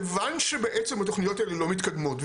כיוון שבעצם התוכניות האלה לא מתקדמות,